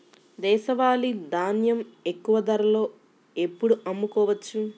దేశవాలి ధాన్యం ఎక్కువ ధరలో ఎప్పుడు అమ్ముకోవచ్చు?